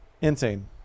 Insane